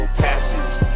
passes